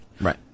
Right